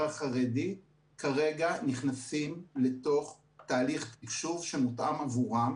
החרדי כרגע נכנסים לתוך תהליך תקשוב שמותאם עבורם.